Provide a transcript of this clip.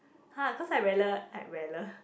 !huh! cause I